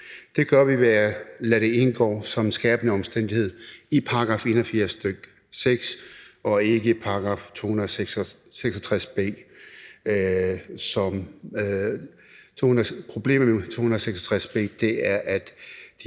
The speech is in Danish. Det gør vi ved at lade det indgå som skærpende omstændighed i § 81, nr. 6, og ikke i § 266 b. Problemet med § 266 b er,